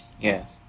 Yes